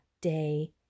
day